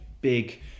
big